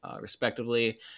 respectively